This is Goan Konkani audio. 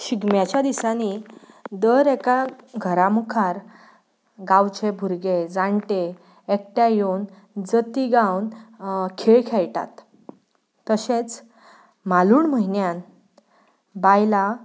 शिगम्याच्या दिसांनी दर एका घरा मुखार गांवचे भुरगे जाणटे एकठांय येवन जती गावन खेळ खेळटात